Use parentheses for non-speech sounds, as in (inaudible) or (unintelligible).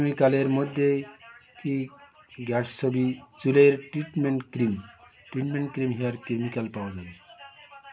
(unintelligible) কালের মধ্যেই কি গ্যাটসবি চুলের treatment cream treatment cream hair chemical পাওয়া যাবে